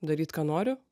daryt ką noriu